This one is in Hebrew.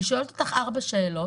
היא שואלת אותך ארבע שאלות.